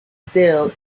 still